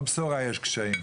בכל בשורה יש קשיים.